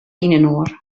yninoar